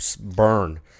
burn